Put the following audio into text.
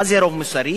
מה זה רוב מוסרי?